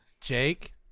Jake